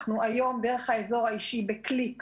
היום, דרך האזור האישי, אנחנו